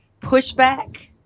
pushback